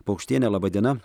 paukštienė laba diena